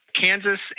kansas